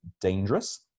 dangerous